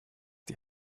die